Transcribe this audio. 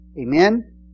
Amen